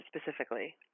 specifically